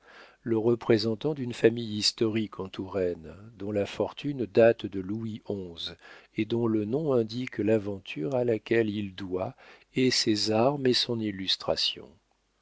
le représentant d'une famille historique en touraine dont la fortune date de louis xi et dont le nom indique l'aventure à laquelle il doit et ses armes et son illustration